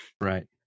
Right